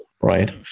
right